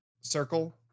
circle